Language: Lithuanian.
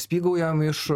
spygaujam iš